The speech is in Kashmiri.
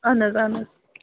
اَہَن حظ اَہَن حظ